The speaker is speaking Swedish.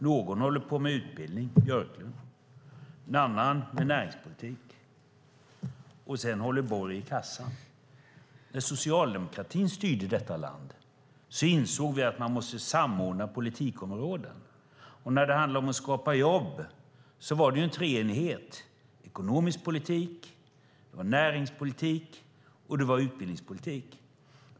Någon håller på med utbildning, som Björklund, en annan med näringspolitik, och Borg håller i kassan. När socialdemokratin styrde detta land insåg vi att man måste samordna politikområden. När det handlade om att skapa jobb var det en treenighet, ekonomisk politik, näringspolitik och utbildningspolitik.